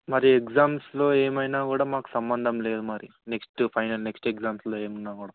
మరీ ఎగ్జామ్స్లో ఏమైనా కూడా మాకు సంబంధం లేదు మరి నెక్స్ట్ ఫైనల్ నెక్స్ట్ ఎగ్జామ్స్లో ఏమి ఉన్నా కూడా